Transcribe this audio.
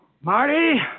Marty